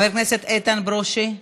חבר הכנסת איתן ברושי,